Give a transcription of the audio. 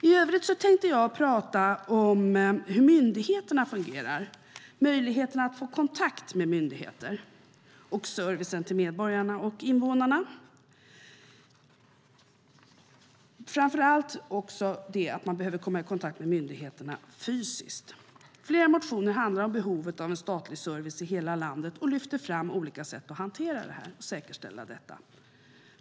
I övrigt tänkte jag tala om hur myndigheterna fungerar, möjligheten att få kontakt med myndigheter och servicen till invånarna. Framför allt handlar det om att man behöver komma i kontakt med myndigheterna fysiskt. Flera motioner tar upp behovet av statlig service i hela landet och lyfter fram olika sätt att säkerställa detta.